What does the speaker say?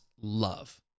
love